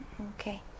Okay